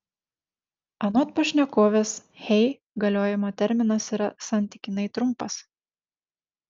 anot pašnekovės hey galiojimo terminas yra santykinai trumpas